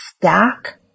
stack